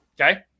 Okay